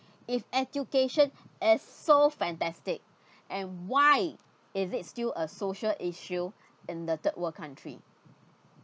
if education is so fantastic and why is it still a social issue in the third world country